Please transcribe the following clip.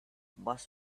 bus